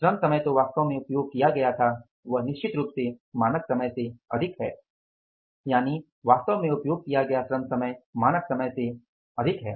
श्रम समय जो वास्तव में उपयोग किया गया था वह निश्चित रूप से मानक समय से अधिक है